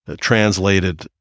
translated